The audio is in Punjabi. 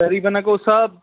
ਪੈਰੀਂ ਪੈਂਦਾ ਕੋਚ ਸਾਹਿਬ